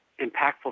impactful